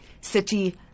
city